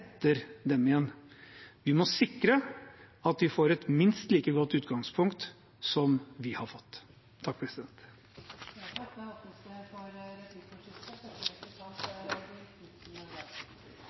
igjen. Vi må sikre at de får et minst like godt utgangspunkt som vi har fått.